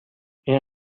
این